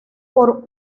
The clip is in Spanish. por